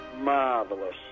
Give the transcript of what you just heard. Marvelous